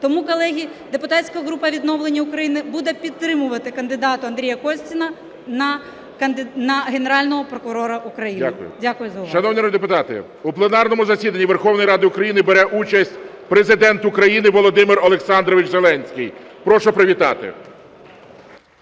Тому, колеги, депутатська група "Відновлення України" буде підтримувати кандидата Андрія Костіна на Генерального прокурора України. Дякую за увагу. ГОЛОВУЮЧИЙ. Дякую. Шановні народні депутати, у пленарному засіданні Верховної Ради України бере участь Президент України Володимир Олександрович Зеленський. Прошу привітати.